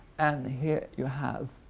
and here you have